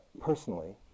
personally